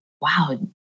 wow